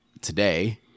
today